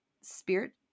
Spirit